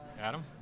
Adam